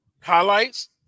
highlights